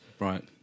Right